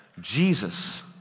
Jesus